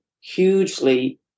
hugely